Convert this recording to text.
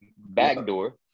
backdoor